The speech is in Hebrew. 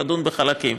תדון בחלקים.